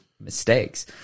mistakes